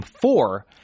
four